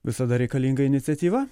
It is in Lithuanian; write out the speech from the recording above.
visada reikalinga iniciatyva